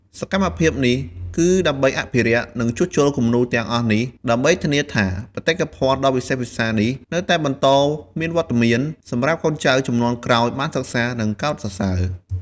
សកម្មភាពនេះគឺដើម្បីអភិរក្ស និងជួសជុលគំនូរទាំងអស់នេះ ដើម្បីធានាថាបេតិកភណ្ឌដ៏វិសេសវិសាលនេះនៅតែបន្តមានវត្តមានសម្រាប់កូនចៅជំនាន់ក្រោយបានសិក្សា និងកោតសរសើរ។